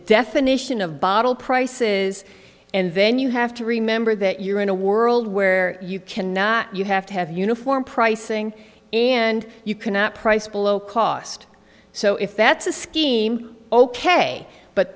definition of bottle prices and then you have to remember that you're in a world where you can not you have to have uniform pricing and you cannot price below cost so if that's a scheme ok but